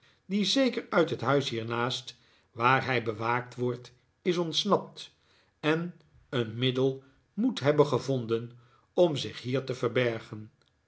die zeker uit het huis hiernaast waar hij bewaakt wordt is ontsnapt en een middel moet hebben gevonden om zich hier te verbergen